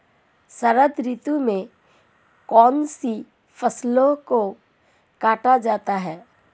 शरद ऋतु में कौन सी फसलों को काटा जाता है?